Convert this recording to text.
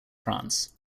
france